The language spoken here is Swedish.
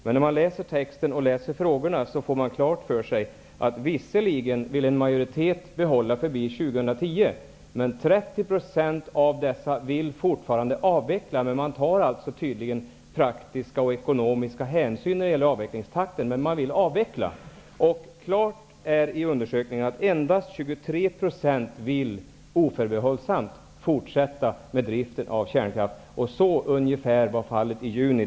Men om man läser texten och frågorna får man klart för sig att en majoritet visserligen ville behålla kärnkraften efter 2010, men 30 % av denna ville fortfarande ha en avveckling. Man tog praktiska och ekonomiska hänsyn när det gällde avvecklingstakten, men man ville dock ha en avveckling. Klart var, enligt undersökningen, att endast 23 % oförbehållsamt ville ha en fortsatt kärnkraftsdrift. Ungefär så var fallet i juni.